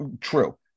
True